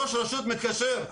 ראש רשות מקשר,